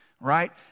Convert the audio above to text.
right